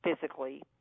physically